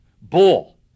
bull